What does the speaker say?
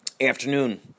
Afternoon